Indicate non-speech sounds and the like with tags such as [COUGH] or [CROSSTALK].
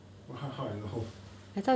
!wah! [LAUGHS] how I know